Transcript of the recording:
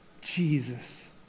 Jesus